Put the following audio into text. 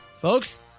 folks